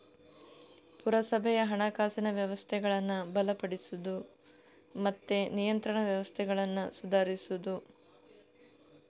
ಪುರಸಭೆಯ ಹಣಕಾಸಿನ ವ್ಯವಸ್ಥೆಗಳನ್ನ ಬಲಪಡಿಸುದು ಮತ್ತೆ ನಿಯಂತ್ರಣ ವ್ಯವಸ್ಥೆಗಳನ್ನ ಸುಧಾರಿಸುದು